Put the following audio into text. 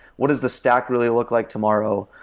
what is the stack really look like tomorrow?